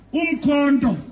umkondo